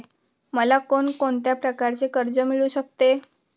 मला कोण कोणत्या प्रकारचे कर्ज मिळू शकते?